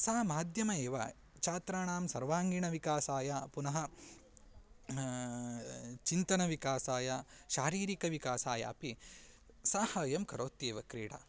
सा माध्यमा एव छात्राणां सर्वाङ्गीणविकासाय पुनः चिन्तनविकासाय शारीरिकविकासाय अपि सहायं करोत्येव क्रीडा